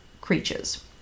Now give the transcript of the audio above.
creatures